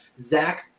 zach